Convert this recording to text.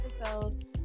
episode